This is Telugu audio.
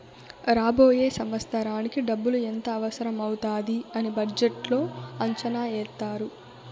రాబోయే సంవత్సరానికి డబ్బులు ఎంత అవసరం అవుతాది అని బడ్జెట్లో అంచనా ఏత్తారు